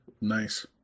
Nice